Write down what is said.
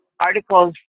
articles